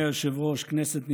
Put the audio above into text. אדוני היושב-ראש, כנסת נכבדה,